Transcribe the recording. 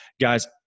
Guys